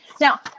Now